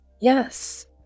yes